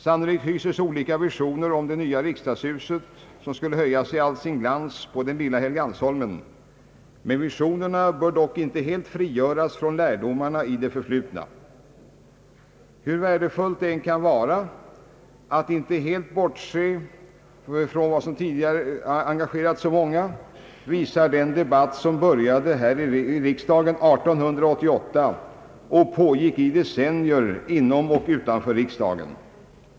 Sannolikt hyses olika visioner om det nya riksdagshuset, som skulle höja sig i all sin glans på den lilla Helgeandsholmen, men visionerna bör dock inte helt frigöras från lärdomarna i det förflutna. Hur värdefullt det än kan vara att inte helt bortse från vad som tidigare engagerat så många visar den debatt som började i riksdagen år 1888 och som pågick i decennier inom och utanför riksdagen.